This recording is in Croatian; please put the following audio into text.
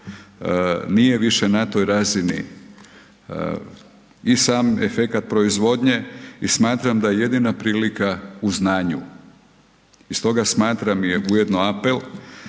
nije više na toj razini, i sam efekat proizvodnje i smatram da je jedina prilika u znanju. I stoga smatram i ujedno apel